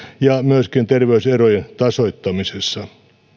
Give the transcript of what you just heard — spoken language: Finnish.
ja myöskin terveyserojen tasoittamisessa